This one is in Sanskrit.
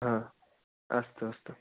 अस्तु अस्तु